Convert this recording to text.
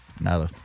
Now